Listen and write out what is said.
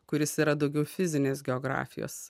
kuris yra daugiau fizinės geografijos